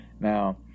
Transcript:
Now